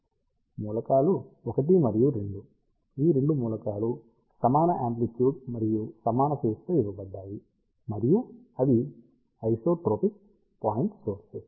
మూలకాలు 1 మరియు 2 ఈ రెండు మూలకాలు సమాన యామ్ప్లిట్యుడ్ మరియు సమాన ఫేజ్ తో ఇవ్వబడ్డాయి మరియు అవి ఐసోట్రోపిక్ పాయింట్ సోర్సెస్